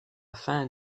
fin